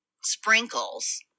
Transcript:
sprinkles